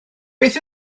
beth